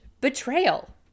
Betrayal